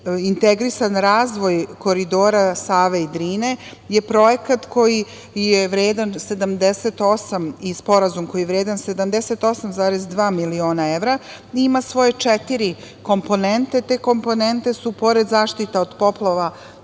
integrisan razvoj koridora Save i Drine je projekat i sporazum koji je vredan 78,2 miliona evra i ima svoje četiri komponente. Te komponente su, pored zaštite od poplava